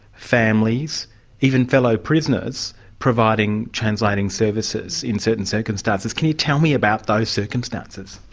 families even fellow prisoners providing translating services in certain circumstances. can you tell me about those circumstances?